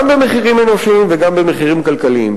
גם במחירים אנושיים וגם במחירים כלכליים.